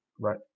right